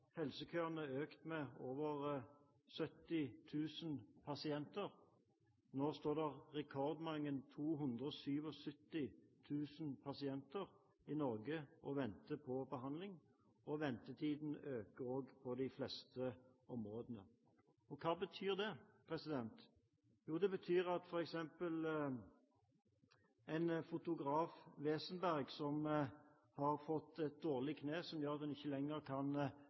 helsekøene økt med over 70 000 pasienter. Nå står det rekordmange 277 000 pasienter i kø i Norge og venter på behandling, og ventetiden øker på de fleste områdene. Hva betyr det? Jo, det betyr f.eks. at en fotograf, Wesenberg, som har fått et dårlig kne, noe som gjør at han ikke lenger kan